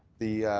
the,